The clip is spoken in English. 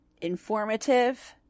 informative